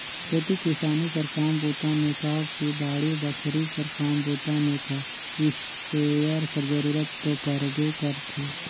खेती किसानी कर काम बूता मे कह कि बाड़ी बखरी कर काम बूता मे कह इस्पेयर कर जरूरत दो परबे करथे